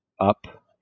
up